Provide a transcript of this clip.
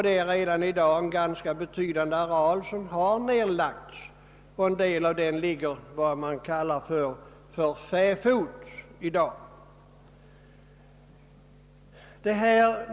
Det är redan i dag en ganska betydande areal som har nedlagts, och en del av den ligger nu för fäfot, som man kallar det.